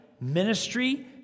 ministry